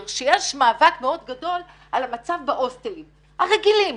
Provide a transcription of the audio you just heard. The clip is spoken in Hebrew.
שיש מאבק מאוד גדול על המצב בהוסטלים הרגילים,